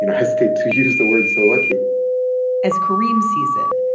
you know hesitate to use the word so lucky as karim sees it,